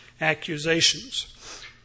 accusations